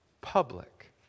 public